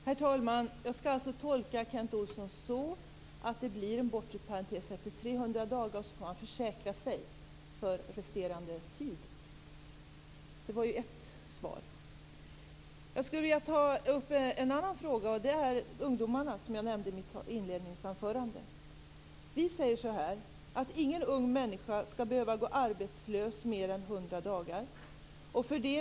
Herr talman! Jag skall alltså tolka Kent Olsson så, att det blir en bortre parentes efter 300 dagar och att man får försäkra sig för resterande tid. Det var ju ett svar. Jag vill ta upp en annan fråga, nämligen ungdomarna, som jag nämnde i mitt inledningsanförande. Vi säger att ingen ung människa skall behöva gå arbetslös mer än hundra dagar.